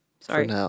Sorry